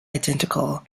identical